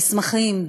מסמכים,